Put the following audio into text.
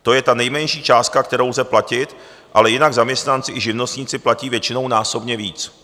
To je ta nejmenší částka, kterou lze platit, ale jinak zaměstnanci i živnostníci platí většinou násobně víc.